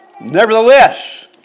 Nevertheless